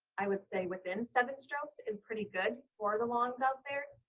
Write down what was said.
i would say within seven strokes is pretty good for the longs out there,